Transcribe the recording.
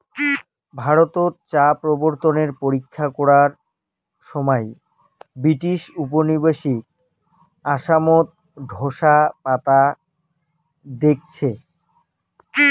ভারতত চা প্রবর্তনের পরীক্ষা করার সমাই ব্রিটিশ উপনিবেশিক আসামত ঢোসা পাতা দেইখছে